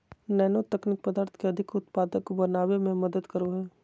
nano तकनीक पदार्थ के अधिक उत्पादक बनावय में मदद करो हइ